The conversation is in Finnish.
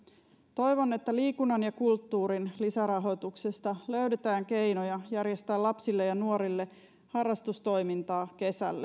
toivon että liikunnan ja kulttuurin lisärahoituksesta löydetään keinoja järjestää lapsille ja nuorille harrastustoimintaa kesäksi